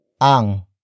ang